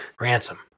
Ransom